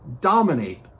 dominate